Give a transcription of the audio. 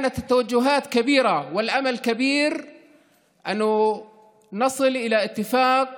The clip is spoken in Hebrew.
היו ציפיות גדולות ותקווה גדולה שנגיע להסכם